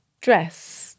dress